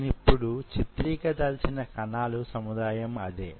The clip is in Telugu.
నేనిప్పుడు చిత్రీకరించదలచిన కణాల సముదాయం అదే